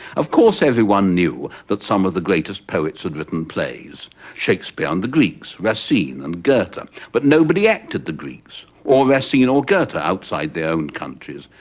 of course, everyone knew that some of the greatest poets had written plays shakespeare on the greeks, racine and goethe. um but nobody acted the greeks, or racine, or goethe outside their own countries.